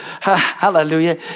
hallelujah